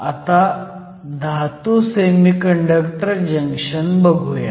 आता धातू semiconductor junction बघुयात